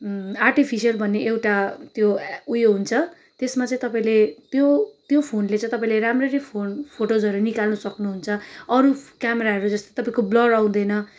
artificial भन्ने एउटा त्यो उयो हुन्छ त्यसमा चाहिँ तपाईँले त्यो त्यो फोनले चाहिँ तपाईँले राम्ररी फोन फोटोजहरू निकाल्नु सक्नुहुन्छ अरू क्यामराहरू जस्तै तपाईँको ब्लर आउँदैन